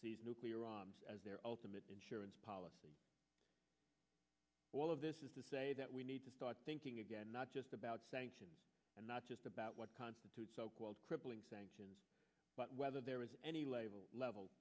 these nuclear arms as their ultimate insurance policy all of this is to say that we need to start thinking again not just about sanctions and not just about what constitutes so called crippling sanctions but whether there is any level level